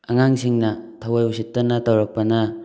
ꯑꯉꯥꯡꯁꯤꯡꯅ ꯊꯑꯣꯏ ꯎꯁꯤꯠꯇꯅ ꯇꯧꯔꯛꯄꯅ